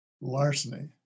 larceny